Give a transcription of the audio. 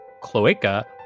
cloaca